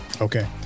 Okay